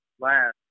last